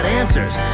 answers